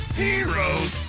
heroes